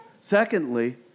Secondly